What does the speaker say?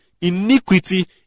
iniquity